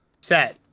set